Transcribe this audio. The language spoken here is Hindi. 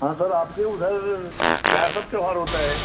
हाँ सर आपके उधर क्या सब त्यौहार होता है